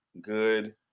good